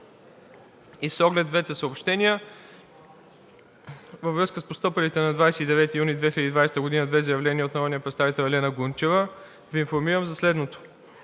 С оглед двете съобщения във връзка с постъпилите на 29 юни 2022 г. две заявления от народния представител Елена Гунчева Ви информирам за следното: